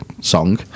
song